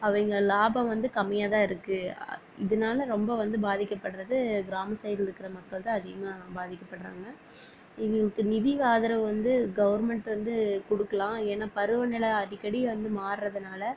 அவங்க லாபம் வந்து கம்மியாகதான் இருக்கு இதனால் ரொம்ப வந்து பாதிக்க படுறது கிராம சைடில் இருக்கிற மக்கள் தான் அதிகமாக பாதிக்க படுறாங்க இவங்களுக்கு நிதி ஆதரவு வந்து கவர்மெண்ட் வந்து கொடுக்கலாம் ஏன்னா பருவநெலை அடிக்கடி வந்து மாறுறதுனால